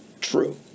true